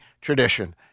tradition